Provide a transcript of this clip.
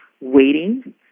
waiting